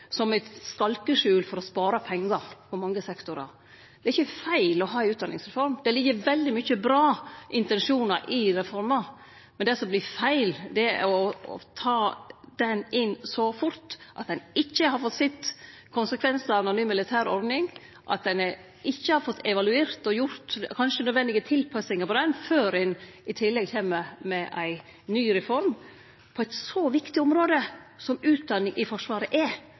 for å spare pengar i mange sektorar. Det er ikkje feil å ha ei utdanningsreform, det ligg veldig mange bra intensjonar i reforma, det som vert feil, er å ta ho så fort inn at ein ikkje har fått sjå konsekvensane av ei ny militær ordning, at ein ikkje har fått evaluert og gjort kanskje nødvendige tilpassingar her før ein i tillegg kjem med ei ny reform på eit så viktig område som utdanning i Forsvaret er.